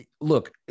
look